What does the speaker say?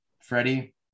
Freddie